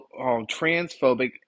transphobic